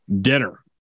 dinner